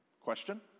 Question